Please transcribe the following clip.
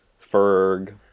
Ferg